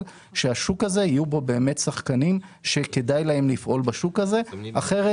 שבשוק הזה יהיו בו באמת שחקנים שכדאי להם לפעול בשוק הזה כי אחרת